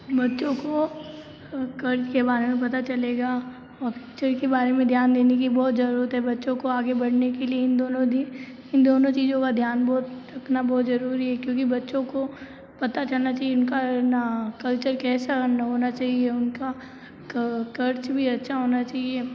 बच्चों को क़र्ज़ के बारे में पता चलेगा बच्चों के बारे में ध्यान देने की बहुत ज़रूरत है बच्चों को आगे बढ़ाने के लिए इन दोनों दि इन दोनों चीज़ों का ध्यान बहुत रखना बहुत ज़रूरी है क्योंकि बच्चों को पता चलना चाहिए उनका ना कल्चर कैसा ना होना चाहिए उनका क क़र्ज़ भी अच्छा होना चाहिए